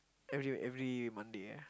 every every Monday ah